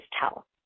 tell